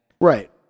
Right